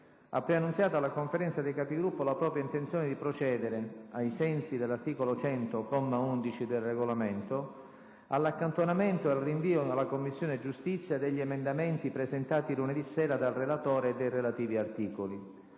preannunciato alla Conferenza dei Capigruppo la propria intenzione di procedere, ai sensi dell'articolo 100, comma 11, del Regolamento, all'accantonamento e al rinvio alla Commissione giustizia degli emendamenti presentati lunedì sera dal relatore e dei relativi articoli.